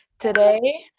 today